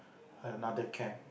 another camp